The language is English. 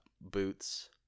boots